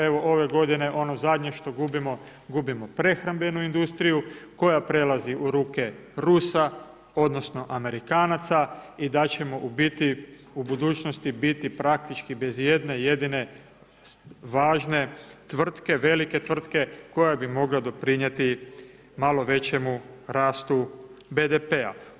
Evo, ove godine ono zadnje što gubimo, gubimo prehrambenu industriju koja prelazi u ruke Rusa, odnosno Amerikanaca i da ćemo u biti u budućnosti biti praktički bez ijedne jedine važne tvrtke, velike tvrtke koja bi mogla doprinijeti malo većemu rastu BDP-a.